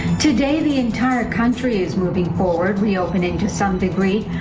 today the entire country is moving forward reopening to some degree.